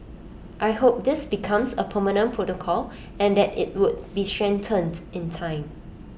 I hope this becomes A permanent protocol and that IT would be strengthened in time